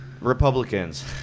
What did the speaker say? Republicans